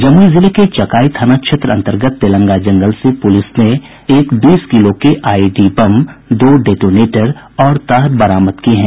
जमुई जिले के चकाई थाना क्षेत्र अंतर्गत तेलंगा जंगल से पुलिस ने एक बीस किलो के आईईडी बम दो डेटोनेटर और तार बरामद किये हैं